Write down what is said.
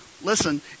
listen